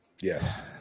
yes